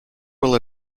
will